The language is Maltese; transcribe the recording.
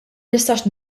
nistax